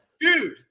dude